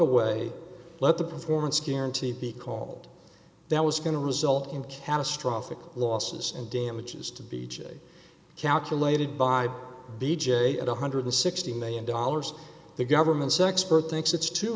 away let the performance guarantee be called that was going to result in catastrophic losses and damages to b j calculated by b j at one hundred and sixty million dollars the government's expert thinks it's two